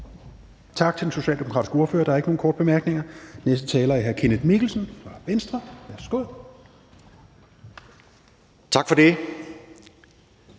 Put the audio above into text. Tak til den socialdemokratiske ordfører. Der er ikke nogen korte bemærkninger. Den næste taler er hr. Kenneth Mikkelsen, Venstre. Værsgo. Kl.